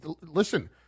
Listen